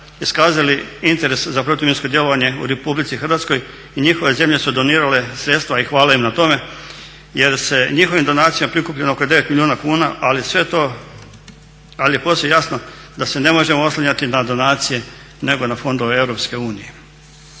iskazali interes za protuminsko djelovanju u RH i njihove zemlje su donirale sredstava i hvala im na tome. Jer se njihovim donacijama prikupilo oko 9 milijuna kuna, ali je posve jasno da se ne možemo oslanjati na donacije nego na fondove EU.